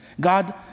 God